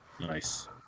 nice